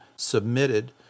Submitted